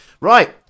Right